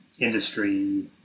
industry